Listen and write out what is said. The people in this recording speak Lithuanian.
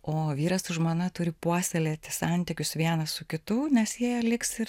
o vyras ir žmona turi puoselėti santykius vienas su kitu nes jie liks ir